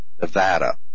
Nevada